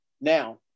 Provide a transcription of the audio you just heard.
now